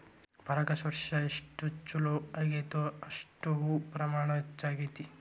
ಪರಾಗಸ್ಪರ್ಶ ಎಷ್ಟ ಚುಲೋ ಅಗೈತೋ ಅಷ್ಟ ಹೂ ಪ್ರಮಾಣ ಹೆಚ್ಚಕೈತಿ